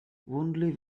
only